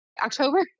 October